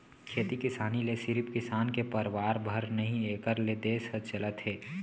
खेती किसानी ले सिरिफ किसान के परवार भर नही एकर ले देस ह चलत हे